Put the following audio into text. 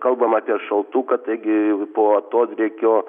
kalbam apie šaltuką taigi jau po atodrėkio